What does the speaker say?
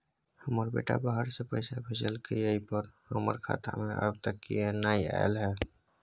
हमर बेटा बाहर से पैसा भेजलक एय पर हमरा खाता में अब तक किये नाय ऐल है?